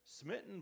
smitten